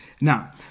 Now